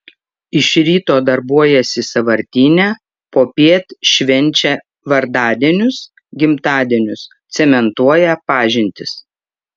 iš ryto darbuojasi sąvartyne popiet švenčia vardadienius gimtadienius cementuoja pažintis